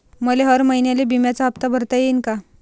मले हर महिन्याले बिम्याचा हप्ता भरता येईन का?